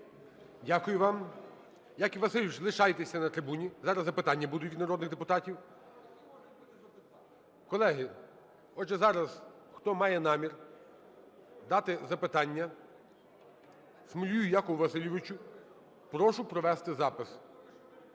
Дякую вам. Яків Васильович, лишайтеся на трибуні, зараз запитання будуть від народних депутатів. Колеги, отже, зараз хто має намір дати запитання Смолію Якову Васильовичу, прошу провести запис.